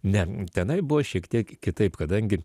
ne tenai buvo šiek tiek kitaip kadangi